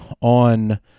on